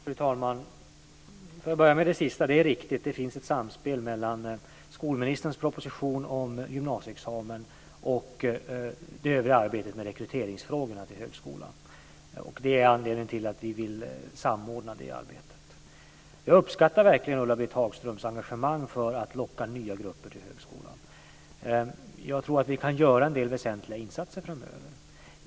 Fru talman! Låt mig börja med det sista. Det är riktigt att det finns ett samspel mellan skolministerns proposition om gymnasieexamen och det övriga arbetet med rekryteringsfrågor till högskolan. Det är anledningen till att vi vill samordna det arbetet. Jag uppskattar verkligen Ulla-Britt Hagströms engagemang för att locka nya grupper till högskolan. Jag tror att vi kan göra en del väsentliga insatser framöver.